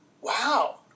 wow